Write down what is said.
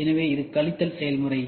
எனவே இது கழித்தல் செயல்முறை